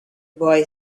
boy